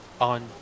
on